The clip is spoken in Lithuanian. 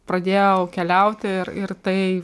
pradėjau keliauti ir ir tai